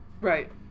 Right